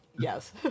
Yes